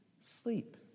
sleep